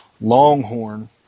Longhorn